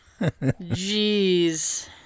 Jeez